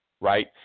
right